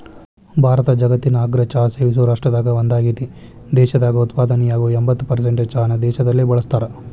ಭಾರತ ಜಗತ್ತಿನ ಅಗ್ರ ಚಹಾ ಸೇವಿಸೋ ರಾಷ್ಟ್ರದಾಗ ಒಂದಾಗೇತಿ, ದೇಶದಾಗ ಉತ್ಪಾದನೆಯಾಗೋ ಎಂಬತ್ತ್ ಪರ್ಸೆಂಟ್ ಚಹಾನ ದೇಶದಲ್ಲೇ ಬಳಸ್ತಾರ